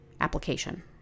application